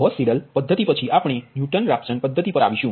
Gauss Seidel પદ્ધતિ પછી આપણે ન્યુટન રેફસન પદ્ધતિ પર આવીશું